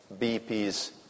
BP's